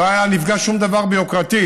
לא היה נפגע שום דבר ביוקרתי.